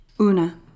Una